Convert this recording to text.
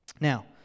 Now